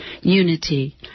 unity